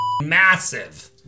massive